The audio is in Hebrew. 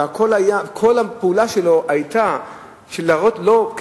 וכל הפעולה שלו היתה כדי להראות לו,